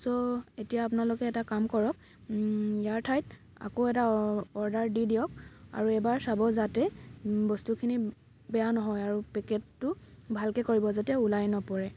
চ' এতিয়া আপোনালোকে এটা কাম কৰক ইয়াৰ ঠাইত আকৌ এটা অৰ্ডাৰ দি দিয়ক আৰু এইবাৰ চাব যাতে বস্তুখিনি বেয়া নহয় আৰু পেকেটটো ভালকৈ কৰিব যাতে ওলাই নপৰে